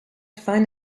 find